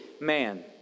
man